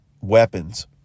weapons